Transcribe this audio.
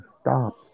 Stop